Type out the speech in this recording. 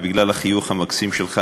בגלל החיוך המקסים שלך,